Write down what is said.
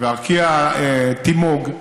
וארקיע תימוג,